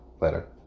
Later